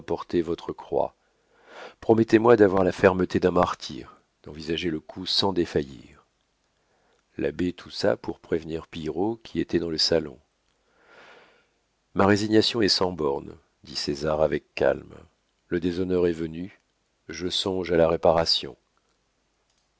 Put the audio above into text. votre croix promettez-moi d'avoir la fermeté d'un martyr d'envisager le coup sans défaillir l'abbé toussa pour prévenir pillerault qui était dans le salon ma résignation est sans bornes dit césar avec calme le déshonneur est venu je songe à la réparation